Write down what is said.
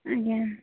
ଆଜ୍ଞା